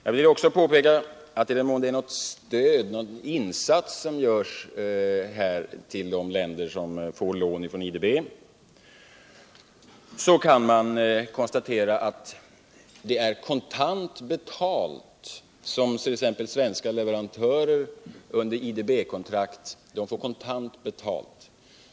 Jag vill också påpeka att i den mån det görs någon insats för de länder som får lån från IDB, kan man konstatera att t.ex. svenska leverantörer under IDB-kontrakt får kontant betalt.